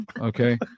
Okay